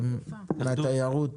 אותם,